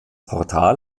portal